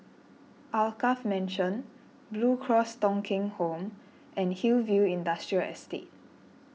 Alkaff Mansion Blue Cross Thong Kheng Home and Hillview Industrial Estate